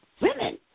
women